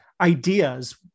ideas